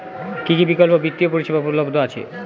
কী কী বিকল্প বিত্তীয় পরিষেবা উপলব্ধ আছে?